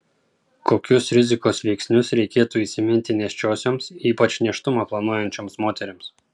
kokius rizikos veiksnius reikėtų įsiminti nėščiosioms ypač nėštumą planuojančioms moterims